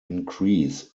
increase